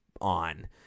on